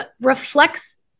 reflects